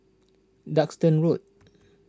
Duxton Road